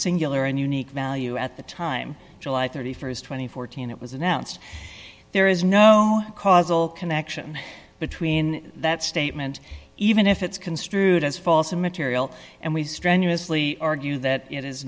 singular and unique value at the time july st two thousand and fourteen it was announced there is no causal connection between that statement even if it's construed as false and material and we strenuously argue that it is